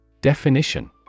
Definition